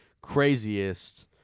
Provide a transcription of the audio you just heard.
craziest